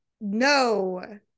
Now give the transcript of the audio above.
no